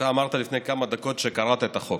אתה אמרת לפני כמה דקות שקראת את החוק,